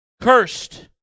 cursed